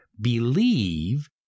believe